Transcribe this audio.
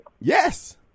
Yes